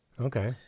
Okay